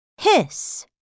hiss